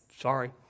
Sorry